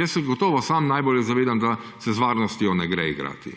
jaz se gotovo sam najbolj zavedam, da se z varnostjo ne gre igrati.